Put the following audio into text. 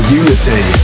unity